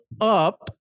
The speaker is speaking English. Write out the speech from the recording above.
up